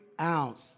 ounce